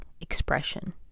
expression